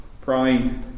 Pride